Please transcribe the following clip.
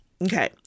Okay